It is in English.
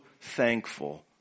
thankful